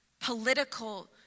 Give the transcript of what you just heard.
political